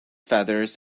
feathers